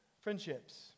friendships